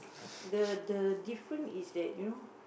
the the different is that you know